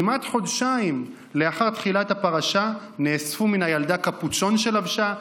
כמעט חודשיים לאחר תחילת הפרשה נאספו מהילדה קפוצ'ון שלבשה,